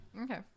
Okay